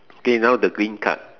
okay now the green card